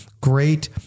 Great